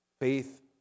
faith